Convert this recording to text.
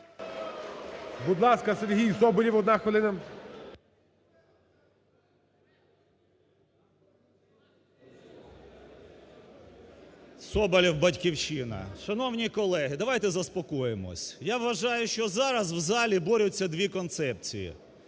Будь ласка, Сергій Соболєв, одна хвилина. 12:30:54 СОБОЛЄВ С.В. Соболєв, "Батьківщина". Шановні колеги, давайте заспокоїмось. Я вважаю, що зараз в залі борються дві концепції.